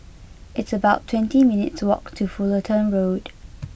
it's about twenty minutes' walk to Fullerton Road